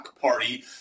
Party